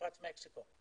במפרץ מקסיקו,